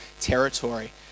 territory